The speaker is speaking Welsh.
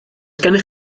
gennych